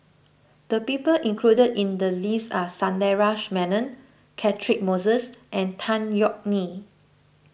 the people included in the list are Sundaresh Menon Catchick Moses and Tan Yeok Nee